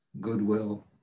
goodwill